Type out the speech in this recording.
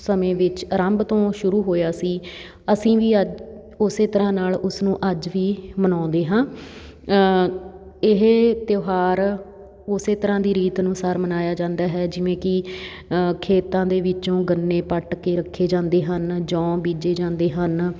ਸਮੇਂ ਵਿੱਚ ਆਰੰਭ ਤੋਂ ਸ਼ੁਰੂ ਹੋਇਆ ਸੀ ਅਸੀਂ ਵੀ ਅੱਜ ਉਸੇ ਤਰ੍ਹਾਂ ਨਾਲ ਉਸਨੂੰ ਅੱਜ ਵੀ ਮਨਾਉਂਦੇ ਹਾਂ ਇਹ ਤਿਉਹਾਰ ਉਸੇ ਤਰ੍ਹਾਂ ਦੀ ਰੀਤ ਅਨੁਸਾਰ ਮਨਾਇਆ ਜਾਂਦਾ ਹੈ ਜਿਵੇਂ ਕਿ ਖੇਤਾਂ ਦੇ ਵਿੱਚੋਂ ਗੰਨੇ ਪੱਟ ਕੇ ਰੱਖੇ ਜਾਂਦੇ ਹਨ ਜੌਂ ਬੀਜੇ ਜਾਂਦੇ ਹਨ